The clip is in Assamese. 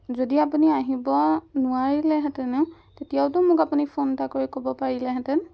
যদি আপুনি আহিব নোৱাৰিলেহেঁতেনো তেতিয়াওতো মোক আপুনি ফোন এটা কৰি ক'ব পাৰিলেহেঁতেন